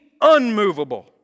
unmovable